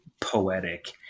poetic